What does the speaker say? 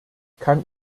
kann